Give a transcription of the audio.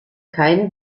keine